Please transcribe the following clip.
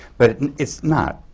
but and it's not.